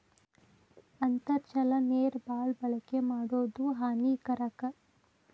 ಅಂತರ್ಜಲ ನೇರ ಬಾಳ ಬಳಕೆ ಮಾಡುದು ಹಾನಿಕಾರಕ